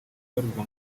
ubarizwa